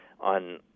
on